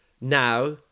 Now